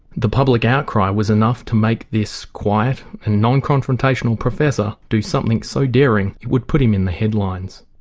the public outcry was enough to make this quiet and non-confrontational professor do something so daring it would put him in the headlines.